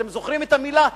אתם זוכרים את המלה,